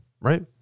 right